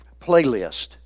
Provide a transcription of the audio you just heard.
playlist